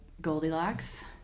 Goldilocks